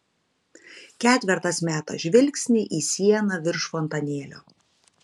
ketvertas meta žvilgsnį į sieną virš fontanėlio